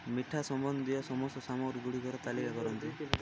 ମିଠା ସମ୍ବନ୍ଧୀୟ ସମସ୍ତ ସାମଗ୍ରୀଗୁଡ଼ିକର ତାଲିକା କରନ୍ତୁ